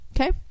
Okay